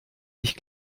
ich